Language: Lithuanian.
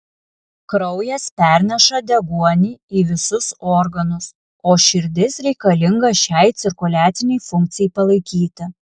kraujas perneša deguonį į visus organus o širdis reikalinga šiai cirkuliacinei funkcijai palaikyti